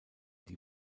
die